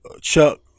Chuck